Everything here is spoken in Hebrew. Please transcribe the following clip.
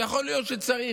שיכול להיות שצריך,